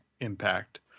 impact